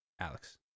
Alex